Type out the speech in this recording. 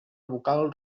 vocal